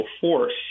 force